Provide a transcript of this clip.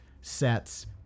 sets